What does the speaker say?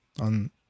on